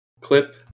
clip